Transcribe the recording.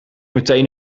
meteen